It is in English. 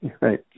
Right